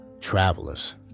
travelers